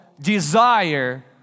desire